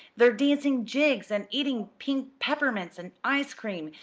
they're dancing jigs and eating pink peppermints and ice cream!